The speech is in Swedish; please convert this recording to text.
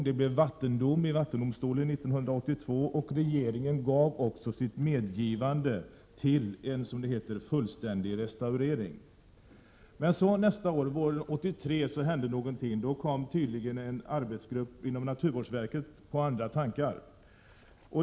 Det blev vattendom i vattendomstolen 1982, och regeringen gav också sitt medgivande till en, som det heter, fullständig restaurering. Men nästa år, våren 1983, hände någonting. Då kom tydligen en arbetsgrupp inom naturvårdsverket på andra tankar.